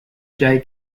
jay